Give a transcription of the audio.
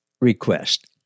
request